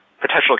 potential